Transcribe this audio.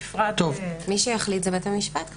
מי שיחליט זה בית המשפט.